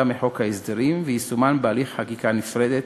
מחוק ההסדרים ויישומן בהליך חקיקה נפרד,